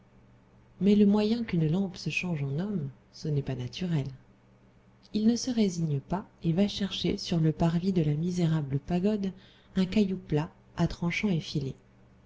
mais le moyen qu'une lampe se change en homme ce n'est pas naturel il ne se résigne pas et va chercher sur le parvis de la misérable pagode un caillou plat à tranchant effilé